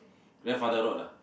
grandfather road lah